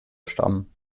stammen